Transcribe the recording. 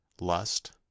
lust